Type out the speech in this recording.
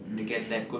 mm